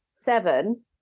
seven